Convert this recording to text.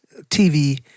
TV